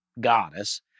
goddess